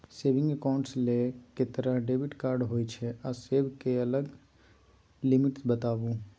Saving accounts ल के तरह के डेबिट कार्ड होय छै आ सब के अलग अलग लिमिट बताबू?